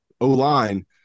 O-line